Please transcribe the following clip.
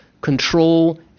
control